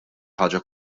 ħaġa